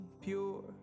pure